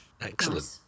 Excellent